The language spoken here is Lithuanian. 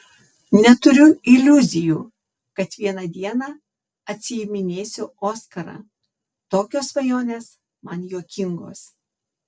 neturiu iliuzijų kad vieną dieną atsiiminėsiu oskarą tokios svajonės man juokingos